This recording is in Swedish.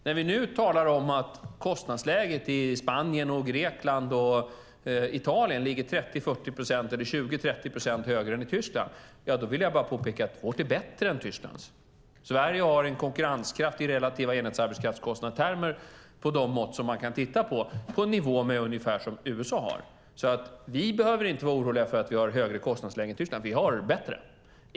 När vi nu talar om att kostnadsläget i Spanien, Grekland och Italien ligger 30-40 eller 20-30 procent högre än i Tyskland vill jag bara påpeka att vårt kostnadsläge är bättre än Tysklands. Sverige har en konkurrenskraft i termer av relativ enhetsarbetskraftskostnad på de mått som man kan se på en nivå som USA har. Vi behöver inte vara oroliga för att vi har ett högre kostnadsläge än Tyskland. Vi har det bättre.